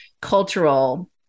cultural